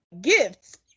Gifts